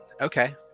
Okay